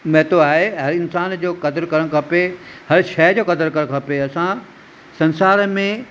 महत्व आहे ऐं हर इंसान जो कदुरु करणु खपे हर शइ जो कदुरु करणु खपे असां संसार में